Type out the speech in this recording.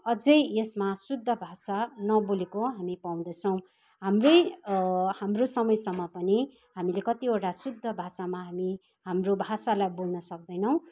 अझै यसमा शुद्ध भाषा नबोलेको हामी पाउँदछौँ हाम्रै हाम्रो समयसम्म पनि हामीले कतिवटा शुद्ध भाषामा हामी हाम्रो भाषालाई बोल्न सक्दैनौँ